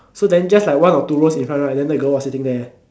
so then just like one or two rows in front right then the girl was sitting there